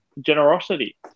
generosity